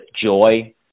joy